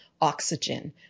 oxygen